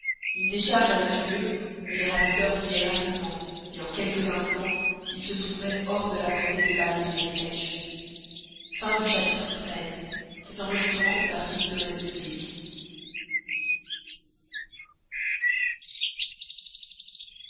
une décharge avait eu lieu mais les ravisseurs fuyaient rapidement et en quelques instants ils se trouvaient hors de la portée des balles et des flèches xiv